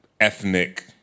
ethnic